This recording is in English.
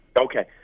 Okay